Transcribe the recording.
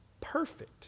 Perfect